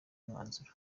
umwanzuro